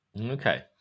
Okay